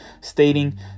stating